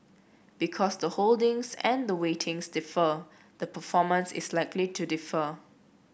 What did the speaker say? because the holdings and the weightings differ the performance is likely to differ